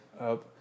up